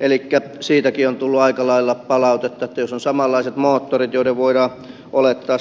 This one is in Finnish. elikkä siitäkin on tullut aika lailla palautetta että jos on samanlaiset moottorit joiden voidaan olettaa